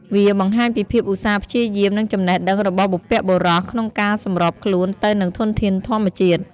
វាបង្ហាញពីភាពឧស្សាហ៍ព្យាយាម និងចំណេះដឹងរបស់បុព្វបុរសក្នុងការសម្របខ្លួនទៅនឹងធនធានធម្មជាតិ។